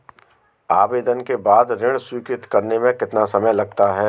आवेदन के बाद ऋण स्वीकृत करने में कितना समय लगता है?